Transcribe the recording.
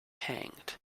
hanged